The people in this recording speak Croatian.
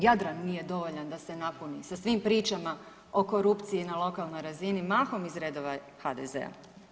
Jadran nije dovoljan da se napuni sa svim pričama o korupciji na lokalnoj razini, mahom iz redova HDZ-a.